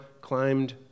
climbed